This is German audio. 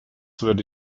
würde